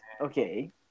Okay